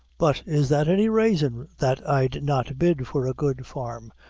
but is that any raisin that i'd not bid for a good farm,